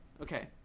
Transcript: Okay